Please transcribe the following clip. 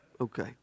Okay